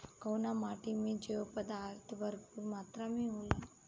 कउना माटी मे जैव पदार्थ भरपूर मात्रा में होला?